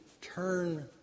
turn